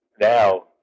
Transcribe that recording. now